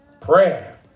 Prayer